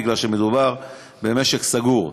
בגלל שמדובר במשק סגור.